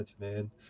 man